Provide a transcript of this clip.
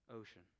ocean